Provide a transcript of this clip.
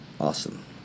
awesome